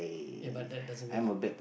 ya but that doesn't make it